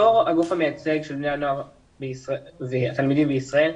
בתור הגוף המייצג של התלמידים בישראל,